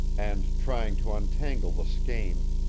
and trying to untangle the skein,